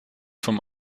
vom